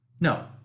No